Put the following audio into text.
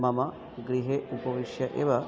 मम गृहे उपविश्य एव